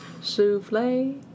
Souffle